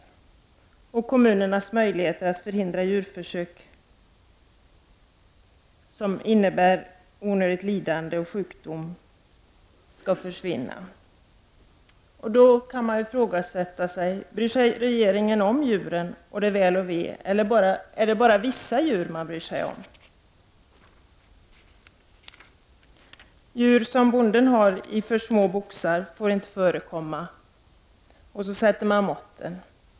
Därmed försvinner kommunernas möjligheter att förhindra djurförsök som innebär onödigt lidande och sjukdom. Frågan är om regeringen bryr sig om djurens väl och ve. Eller bryr man sig bara om vissa djur? Bonden får inte ha djur i för små boxar. Man fastställer minimimått för dessa boxar.